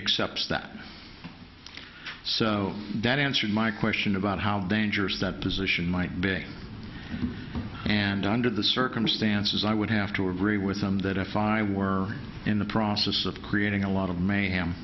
accepts that so that answered my question about how dangerous that position might be and under the circumstances i would have to agree with him that if i were in the process of creating a lot of mayhem